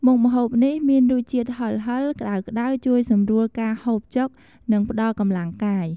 មុខម្ហូបនេះមានរសជាតិហឹរៗ ក្ដៅៗ ជួយសម្រួលការហូបចុក និងផ្តល់កម្លាំងកាយ។